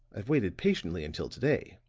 i've waited patiently until to-day.